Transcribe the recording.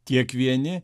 tiek vieni